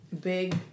big